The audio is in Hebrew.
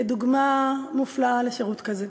כדוגמה מופלאה לשירות כזה.